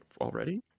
already